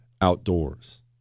outdoors